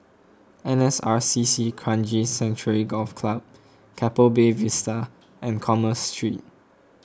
N S R C C Kranji Sanctuary Golf Club Keppel Bay Vista and Commerce Street